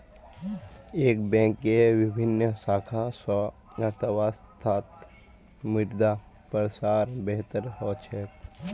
एक बैंकेर विभिन्न शाखा स अर्थव्यवस्थात मुद्रार प्रसार बेहतर ह छेक